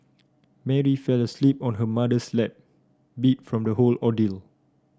Mary fell asleep on her mother's lap beat from the whole ordeal